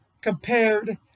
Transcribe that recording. compared